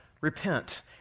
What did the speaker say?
repent